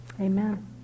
Amen